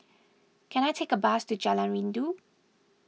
can I take a bus to Jalan Rindu